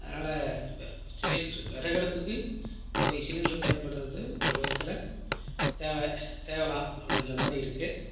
அதனாலே சிலிண்டர் விறகு அடுப்புக்கு போய் சிலிண்டர் பயன்படுத்துவது ஒரு விதத்தில் தேவை தேவலாம் அப்படின்ற மாதிரி இருக்குது